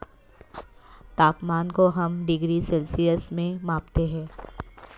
तापमान को हम डिग्री सेल्सियस में मापते है